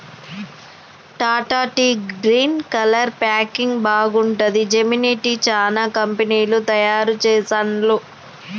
Tata tea green colour packing బాగుంటది, Gemini tea, చానా కంపెనీలు తయారు చెస్తాండ్లు